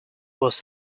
was